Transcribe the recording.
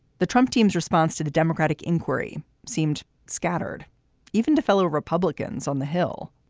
the trump team's response to the democratic inquiry seemed scattered even to fellow republicans on the hill.